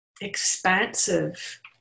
expansive